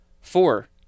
Four